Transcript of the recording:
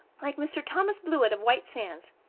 like mr. thomas blewett of white sands.